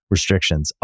Restrictions